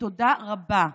תודה רבה.